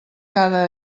cada